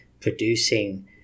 producing